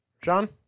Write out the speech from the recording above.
John